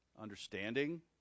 Understanding